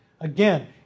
Again